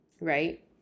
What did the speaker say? right